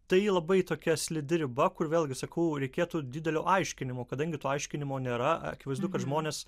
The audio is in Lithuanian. tai labai tokia slidi riba kur vėlgi sakau reikėtų didelio aiškinimo kadangi to aiškinimo nėra akivaizdu kad žmonės